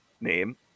name